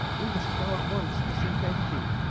we must go at once to see benjy.